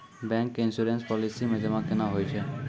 Bank के insurance policy मे जमा केना होय छै?